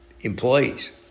employees